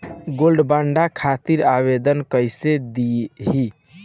Gold bond खातिर आवेदन कैसे दिही?